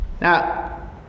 Now